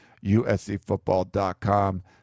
uscfootball.com